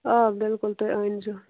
آ بِلکُل تُہۍ أنۍ زیٚو